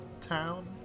town